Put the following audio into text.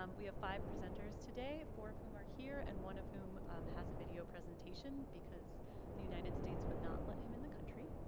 um we have five presenters today, four of whom are here, and one of whom has a video presentation because the united states would not let him in the country.